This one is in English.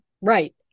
Right